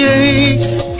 aches